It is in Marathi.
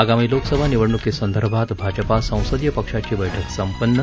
आगामी लोकसभा निवडणुकीसंदर्भात भाजपा संसदीय पक्षाची बैठक संपन्न